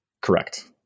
Correct